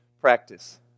practice